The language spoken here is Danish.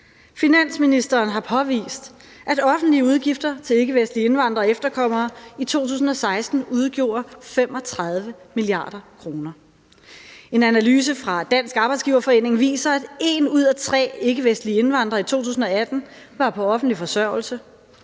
Finansministeren har påvist, at offentlige udgifter til ikkevestlige indvandrere og efterkommere i 2016 udgjorde 35 mia. kr. En analyse fra Dansk Arbejdsgiverforening viser, at en ud af tre ikkevestlige indvandrere i 2018 var på offentlig forsørgelse.